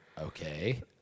Okay